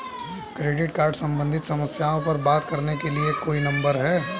Credit card सम्बंधित समस्याओं पर बात करने के लिए कोई नंबर है?